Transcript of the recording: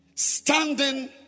Standing